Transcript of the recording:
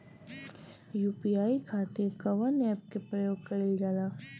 UPI खातीर कवन ऐपके प्रयोग कइलजाला?